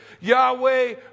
Yahweh